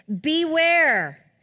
Beware